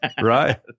right